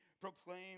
proclaim